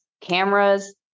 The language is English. Cameras